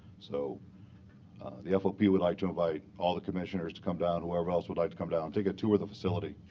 so the fop would like to invite all of the commissioners to come down, whoever else would like to come down, take a tour of the facility,